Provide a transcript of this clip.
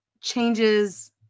changes